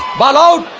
followed